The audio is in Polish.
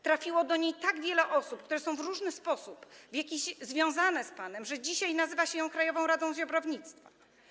Trafiło do niej tak wiele osób, które są w różny sposób związane z panem, że dzisiaj nazywa się ją „krajową radą ziobrownictwa”